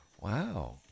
Wow